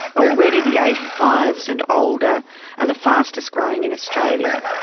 already the eighty five s and older are the fastest growing in australia.